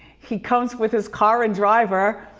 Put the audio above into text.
he comes with his car and driver.